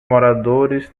moradores